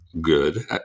good